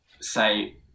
say